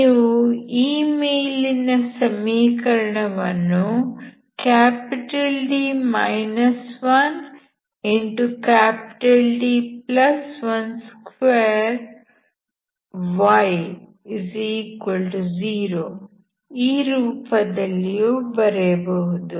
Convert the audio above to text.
ನೀವು ಈ ಮೇಲಿನ ಸಮೀಕರಣವನ್ನುD 1D12y0 ಈ ರೂಪದಲ್ಲಿಯೂ ಬರೆಯಬಹುದು